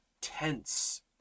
tense